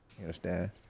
understand